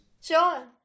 Sure